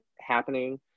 happening